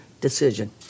decision